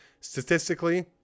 statistically